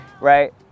right